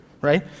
right